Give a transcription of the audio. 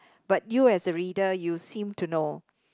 but you as a reader you seem to know